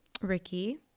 Ricky